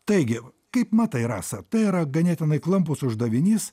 taigi kaip matai rasa tai yra ganėtinai klampus uždavinys